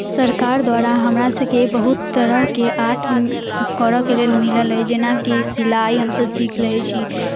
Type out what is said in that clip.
सरकार द्वारा हमरा सभकेँ बहुत तरहकेँ आर्ट करऽ के लेल मिलल अइ जेनाकि सिलाइ हमसभ सीख रहैत छी